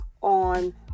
on